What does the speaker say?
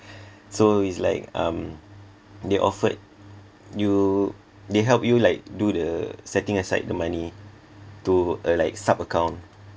so it's like um they offered you they help you like do the setting aside the money to a like sub account